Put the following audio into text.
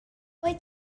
wyt